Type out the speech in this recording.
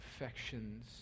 affections